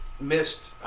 missed